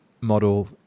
model